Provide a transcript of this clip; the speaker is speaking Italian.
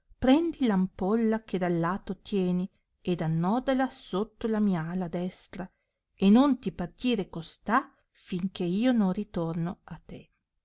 prendi ampolla che dal lato tieni ed annodala sotto la mia ala destra e non ti partire costà fin che io non ritorno a te